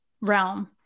realm